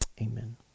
Amen